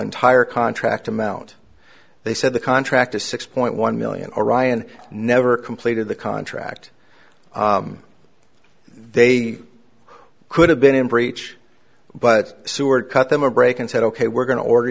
entire contract amount they said the contract is six point one million orion never completed the contract they could have been in breach but seward cut them a break and said ok we're going to order